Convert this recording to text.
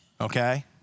okay